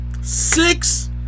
Six